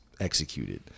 executed